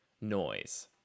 noise